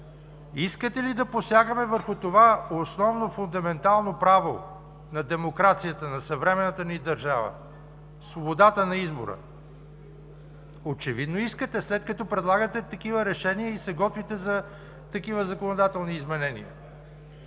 Искате ли да посягаме върху това основно фундаментално право на демокрацията, на съвременната ни държава – свободата на избора? Очевидно искате, след като предлагате такива решения и се готвите за такива законодателни изменения.